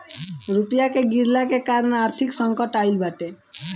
रुपया के गिरला के कारण आर्थिक संकट आईल बाटे